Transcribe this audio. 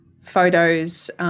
photos